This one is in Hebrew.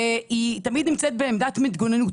והיא תמיד נמצאת בעמדת התגוננות.